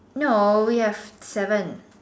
no we have seven